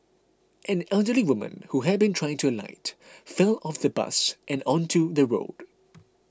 an elderly woman who had been trying to alight fell off the bus and onto the road